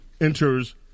enters